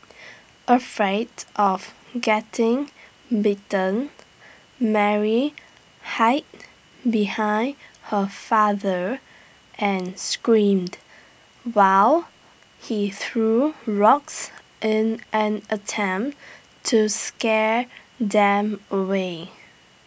afraid of getting bitten Mary hid behind her father and screamed while he threw rocks in an attempt to scare them away